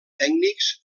tècnics